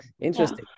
interesting